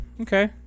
Okay